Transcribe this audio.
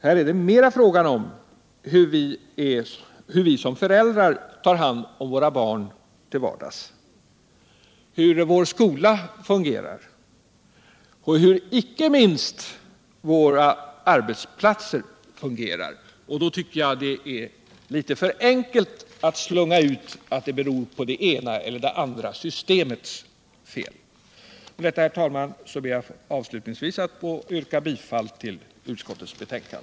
Här är det mera fråga om hur vi som föräldrar tar hand om våra barn till vardags, hur vår skola fungerar och inte minst hur våra arbetsplatser fungerar. Då tycker jag det är litet för enkelt att slunga ut att det är det ena eller det andra systemets fel. Med detta, herr talman, ber jag avslutningsvis att få yrka bifall till utskottets hemställan.